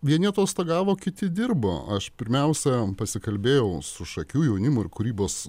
vieni atostogavo kiti dirbo aš pirmiausia pasikalbėjau su šakių jaunimo ir kūrybos